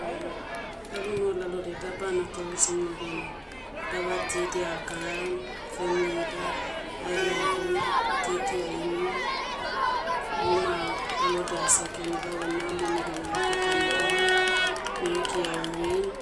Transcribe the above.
lagu no lalodiai daba natoreisim negenai, daba ti dia akaram, femli ida. Ahelai heboum, titi ainum, ruma, lalodia ah sekem gau namo negena arakatanidiam. Mereki aurim-